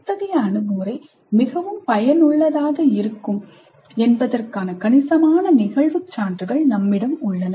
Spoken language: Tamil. அத்தகைய அணுகுமுறை மிகவும் பயனுள்ளதாக இருக்கும் என்பதற்கான கணிசமான நிகழ்வு சான்றுகள் நம்மிடம் உள்ளன